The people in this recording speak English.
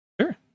Sure